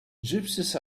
gypsies